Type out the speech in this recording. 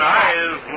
eyes